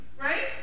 right